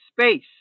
space